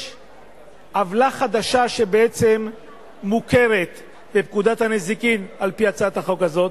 יש עוולה חדשה שמוכרת בפקודת הנזיקין על-פי הצעת החוק הזאת,